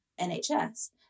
NHS